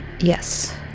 Yes